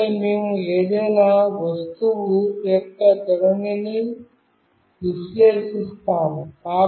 ఆపై మేము ఏదైనా వస్తువు యొక్క ధోరణిని విశ్లేషిస్తాము